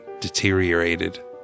deteriorated